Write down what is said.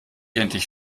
endlich